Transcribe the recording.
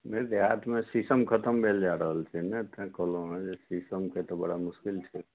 नहि देहातमे शीशम खतम भेल जा रहल छै ने तैँ कहलहुँ हेँ जे शीशमके तऽ बड़ा मुश्किल छै